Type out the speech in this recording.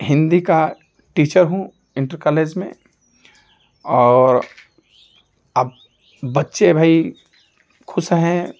हिंदी का टीचर हूँ inter college में और अब बच्चे भी खुश हैं